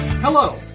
Hello